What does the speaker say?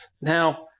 Now